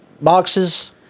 boxes